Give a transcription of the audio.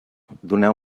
doneu